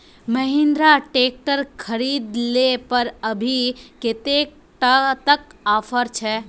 Mahindra tractor खरीद ले पर अभी कतेक तक ऑफर छे?